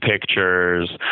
pictures